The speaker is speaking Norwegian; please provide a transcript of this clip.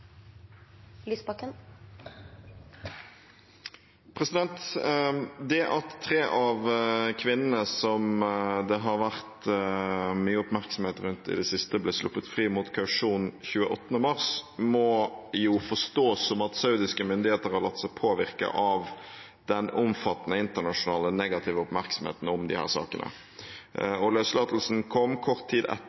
andre måter. Det at tre av kvinnene som det har vært mye oppmerksomhet rundt i det siste, ble sluppet fri mot kausjon 28. mars, må jo forstås som at saudiske myndigheter har latt seg påvirke av den omfattende internasjonale, negative oppmerksomheten om disse sakene. Løslatelsen kom kort tid etter